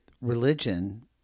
religion